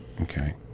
okay